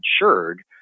insured